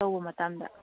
ꯇꯧꯕ ꯃꯇꯝꯗ